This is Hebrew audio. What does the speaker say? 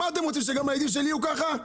אתם רוצים שגם הילדים שלי יהיו ככה?